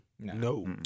no